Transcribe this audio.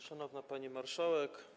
Szanowna Pani Marszałek!